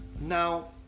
now